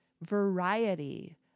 variety